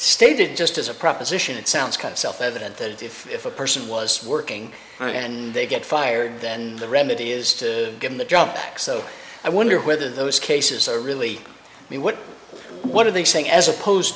that stated just as a proposition sounds kind of self evident that if if a person was working and they get fired then the remedy is to get the job back so i wonder whether those cases are really mean what what are they saying as opposed